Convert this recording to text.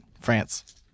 France